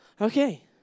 Okay